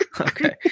Okay